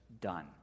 done